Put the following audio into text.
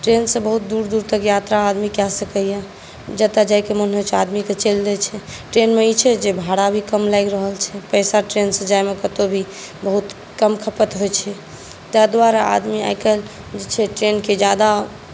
ट्रेनसँ बहुत दूर दूर तक यात्रा आदमी कए सकैया जतऽ जायकेँ मन होइ छै तऽ आदमीके चलि दै छै ट्रेनमे ई छै जे भाड़ा भी कम लागि रहल छै पैसा ट्रेनसँ जायमे कतहुँ भी बहुत कम खपत होइ छै ताहि दुआरे आदमी आइकाल्हि जे छै ट्रेनकेँ ज्यादा